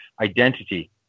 Identity